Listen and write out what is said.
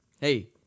Hey